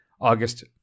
August